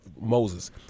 Moses